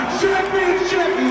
championship